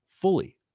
fully